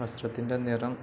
വസ്ത്രത്തിൻ്റെ നിറം